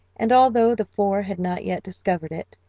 and although the four had not yet discovered it,